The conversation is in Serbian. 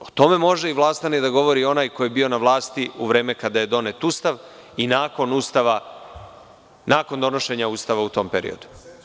O tome može i vlastan je da govori onaj ko je bio na vlasti u vreme kada je donet Ustav i nakon donošenja Ustava u tom periodu.